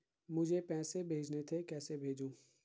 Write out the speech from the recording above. मुझे पैसे भेजने थे कैसे भेजूँ?